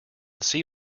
see